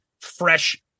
fresh